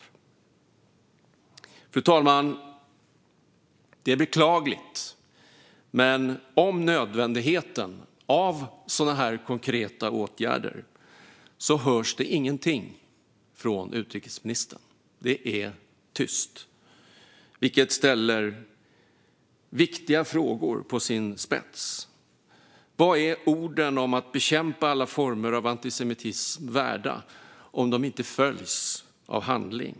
Fru talman! Det är beklagligt, men om nödvändigheten av sådana här konkreta åtgärder hörs det ingenting från utrikesministern. Det är tyst, vilket ställer viktiga frågor på sin spets. Vad är orden om att bekämpa alla former av antisemitism värda om de inte följs av handling?